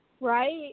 Right